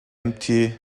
empty